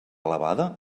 elevada